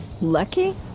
Lucky